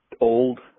old